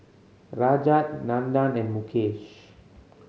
Rajat Nandan and Mukesh